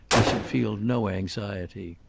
i should feel no anxiety.